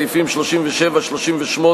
סעיפים 37 ו-38,